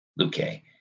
Luque